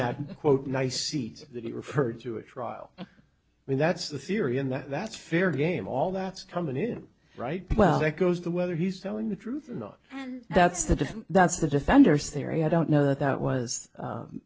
that quote nice seat that he referred to a trial i mean that's the theory and that's fair game all that's coming in right well that goes to whether he's telling the truth or not and that's the that's the defenders theory i don't know that that was